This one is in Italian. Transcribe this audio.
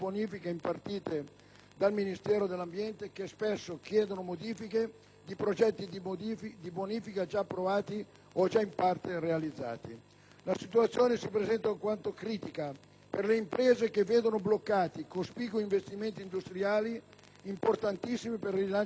dal Ministero dell'ambiente, che spesso chiedono modifiche di progetti di bonifica già approvati o già in parte realizzati. La situazione si presenta alquanto critica per le imprese che vedono bloccati cospicui investimenti industriali, importantissimi per il rilancio industriale delle aree.